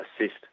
assist